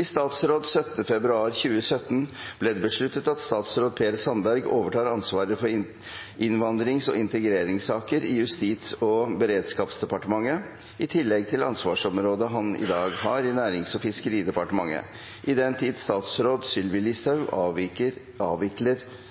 I statsråd 17. februar 2017 ble det besluttet at statsråd Per Sandberg overtar ansvaret for innvandrings- og integreringssaker i Justis- og beredskapsdepartementet, i tillegg til det ansvarsområdet han i dag har i Nærings- og fiskeridepartementet, i den tid statsråd Sylvi Listhaug avvikler